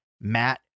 Matt